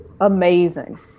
amazing